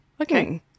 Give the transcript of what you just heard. okay